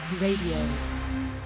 Radio